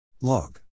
log